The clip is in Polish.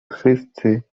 wszyscy